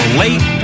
late